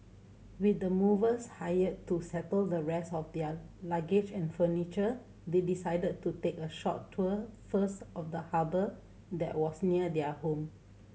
with the movers hired to settle the rest of their luggage and furniture they decided to take a short tour first of the harbour that was near their home